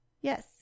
Yes